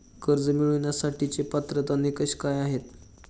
कर्ज मिळवण्यासाठीचे पात्रता निकष काय आहेत?